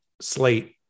slate